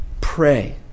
Pray